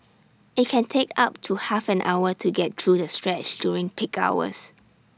IT can take up to half an hour to get through the stretch during peak hours